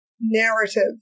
narrative